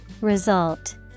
Result